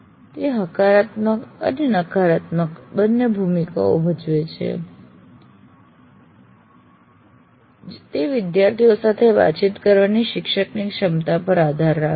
તે હકારાત્મક અને નકારાત્મક બંને ભૂમિકાઓ ભજવી શકે છે તે વિદ્યાર્થીઓ સાથે વાતચીત કરવાની શિક્ષકની ક્ષમતા પર આધાર રાખે છે